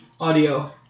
audio